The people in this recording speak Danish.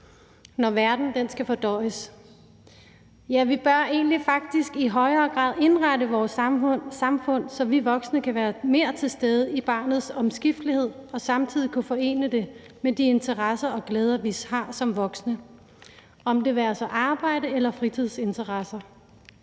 når verden skal fordøjes. Ja, vi bør egentlig faktisk i højere grad indrette vores samfund, så vi voksne kan være mere til stede i barnets omskiftelighed og samtidig kunne forene det med de interesser og glæder, vi har som voksne – det være sig arbejde eller fritidsinteresser.